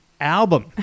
album